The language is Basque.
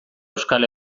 euskal